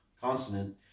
consonant